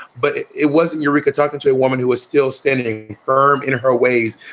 but it wasn't eureka. talking to a woman who is still standing firm in her ways,